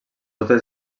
totes